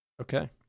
Okay